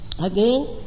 again